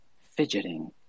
fidgeting